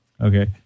Okay